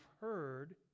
heard